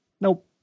Nope